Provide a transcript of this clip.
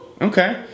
Okay